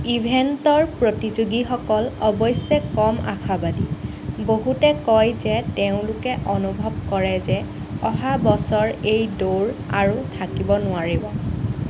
ইভেণ্টৰ প্ৰতিযোগীসকল অৱশ্যে কম আশাবাদী বহুতে কয় যে তেওঁলোকে অনুভৱ কৰে যে অহা বছৰ এই দৌৰ আৰু থাকিব নোৱাৰিব